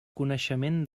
coneixement